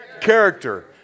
character